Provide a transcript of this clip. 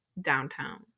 downtown